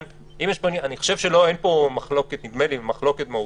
נדמה לי שאין פה מחלוקת מהותית,